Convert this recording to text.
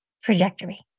trajectory